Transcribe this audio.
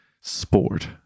sport